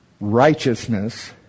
righteousness